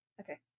Okay